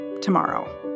tomorrow